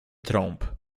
trąb